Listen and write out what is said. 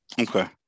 okay